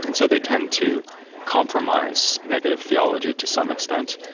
and so they tend to compromise negative theology to some extent,